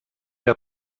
der